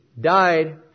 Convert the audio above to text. died